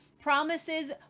promises